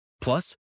Plus